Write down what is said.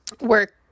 work